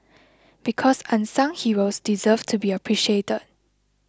because unsung heroes deserve to be appreciated